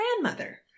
grandmother